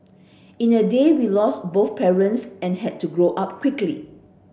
in a day we lost both parents and had to grow up quickly